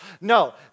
No